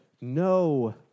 no